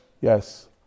Yes